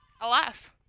alas